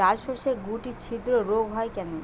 ডালশস্যর শুটি ছিদ্র রোগ হয় কেন?